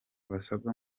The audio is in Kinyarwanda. basabwa